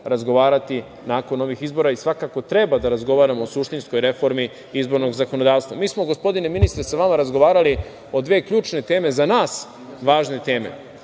razgovarati nakon ovih izbora i svakako treba da razgovaramo o suštinskoj reformi izbornog zakonodavstva. Mi smo, gospodine ministre, sa vama razgovarali o dve ključne teme, za nas važne.